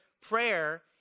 prayer